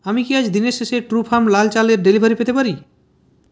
আমি কি আজ দিনের শেষে ট্রু ফার্ম লাল চালের ডেলিভারি পেতে পারি